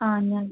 ആ ഞാൻ